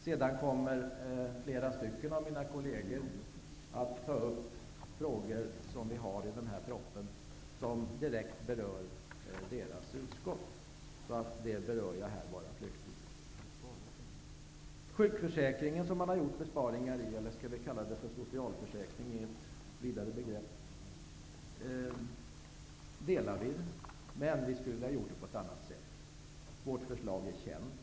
Sedan kommer flera av mina kolleger att ta upp de frågor i propositionen som direkt berör deras utskott. Dessa frågor berör jag bara flyktigt här. Besparingen på sjukförsäkringen, eller skall vi kalla den socialförsäkringen i ett vidare begrepp, tycker vi är bra, men vi skulle ha velat göra det på ett annat sätt. Vårt förslag är känt.